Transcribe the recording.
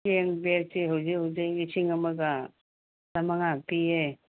ꯆꯦꯡ ꯕꯦꯛꯁꯤ ꯍꯧꯖꯤꯛ ꯍꯧꯖꯤꯛ ꯂꯤꯁꯤꯡ ꯑꯃꯒ ꯆꯥꯝꯃꯉꯥ ꯄꯤꯌꯦ